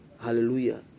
Hallelujah